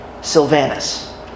Sylvanus